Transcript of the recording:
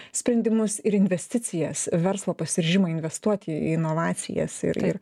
sprendimus ir investicijas verslo pasiryžimą investuoti į inovacijas ir ir